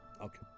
Okay